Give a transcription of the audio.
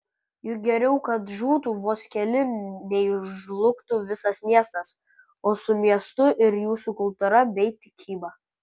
juk geriau kad žūtų vos keli nei žlugtų visas miestas o su miestu ir jūsų kultūra bei tikyba